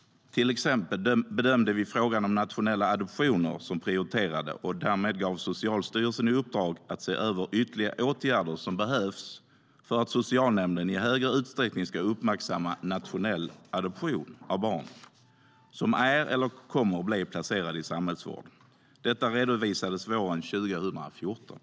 Till exempel bedömde vi frågan om nationella adoptioner som prioriterad och gav därmed Socialstyrelsen i uppdrag att se över ytterligare åtgärder som behövs för att socialnämnderna i högre utsträckning ska uppmärksamma nationell adoption av barn som är eller kommer att bli placerade i samhällsvård. Detta redovisades våren 2014.